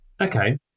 Okay